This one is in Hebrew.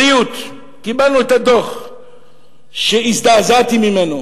בריאות, קיבלנו את הדוח שהזדעזעתי ממנו.